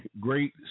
great